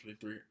three